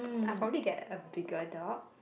I probably get a bigger dog